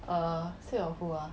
err still got who ah